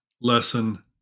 lesson